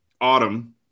Autumn